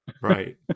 right